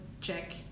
check